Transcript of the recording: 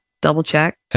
double-check